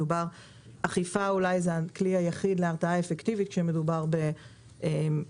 אכיפה היא אולי הכלי היחיד להרתעה אפקטיבית כשמדובר בכזה